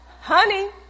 honey